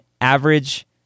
average